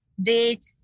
Date